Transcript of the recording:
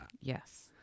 Yes